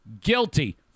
guilty